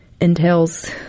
entails